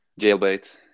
Jailbait